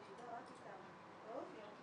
אין תזכיר חוק אנחנו היום במסקנות הוועדה הבין